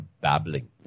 babbling